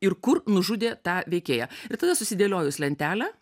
ir kur nužudė tą veikėją ir tada susidėliojus lentelę